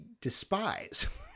despise